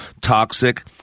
toxic